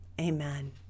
Amen